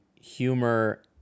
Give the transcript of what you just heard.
humor